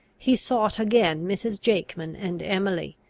he sought again mrs. jakeman and emily,